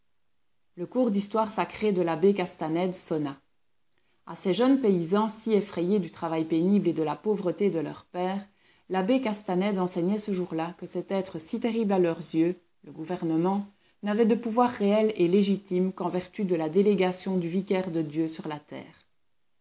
le cours d'histoire sacrée de l'abbé castanède sonna a ces jeunes paysans si effrayés du travail pénible et de la pauvreté de leurs pères l'abbé castanède enseignait ce jour-là que cet être si terrible à leurs yeux le gouvernement n'avait de pouvoir réel et légitime qu'en vertu de la délégation du vicaire de dieu sur la terre